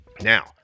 Now